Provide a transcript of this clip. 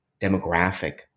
demographic